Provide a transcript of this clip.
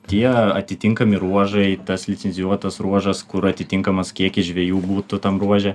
tie atitinkami ruožai tas licencijuotas ruožas kur atitinkamas kiekis žvejų būtų tam ruože